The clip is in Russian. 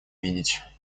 видеть